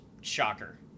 shocker